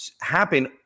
happen